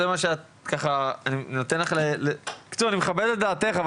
אני מכבד את דעתך,